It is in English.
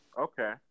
Okay